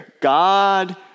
God